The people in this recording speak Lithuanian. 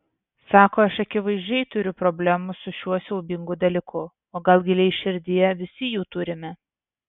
sako aš akivaizdžiai turiu problemų su šiuo siaubingu dalyku o gal giliai širdyje visi jų turime